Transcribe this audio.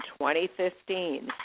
2015